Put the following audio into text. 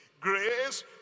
Grace